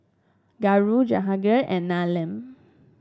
Guru Jahangir and Neelam